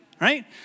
right